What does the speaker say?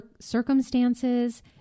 circumstances